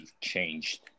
changed